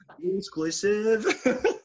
exclusive